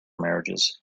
marriages